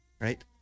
right